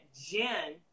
Jen